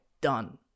Done